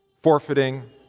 forfeiting